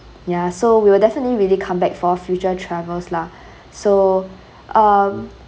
ya so we will definitely really come back for future travels lah so um